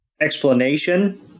explanation